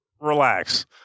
relax